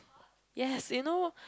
yes you know